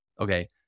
Okay